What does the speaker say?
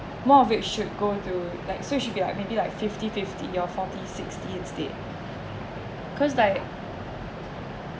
more of it should go to like so should be like maybe like fifty fifty your forty sixty instead cause like